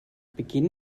beginn